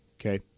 Okay